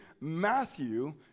Matthew